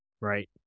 Right